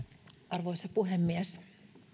arvoisa puhemies